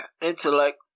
intellect